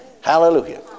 Hallelujah